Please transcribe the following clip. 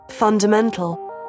Fundamental